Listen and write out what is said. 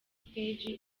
stage